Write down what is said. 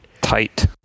Tight